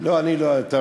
לא, אני לא הייתי.